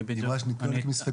אני, בדיוק, בא להתייחס לזה.